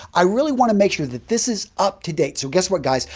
i really want to make sure that this is up to date, so guess what, guys?